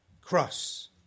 cross